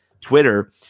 Twitter